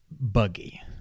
buggy